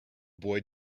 boy